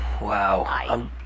Wow